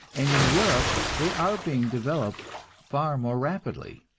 and in europe they are being developed far more rapidly.